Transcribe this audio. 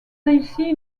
réussit